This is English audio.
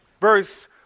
verse